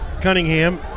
Cunningham